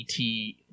et